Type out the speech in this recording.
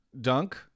Dunk